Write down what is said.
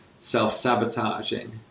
self-sabotaging